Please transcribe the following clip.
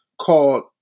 called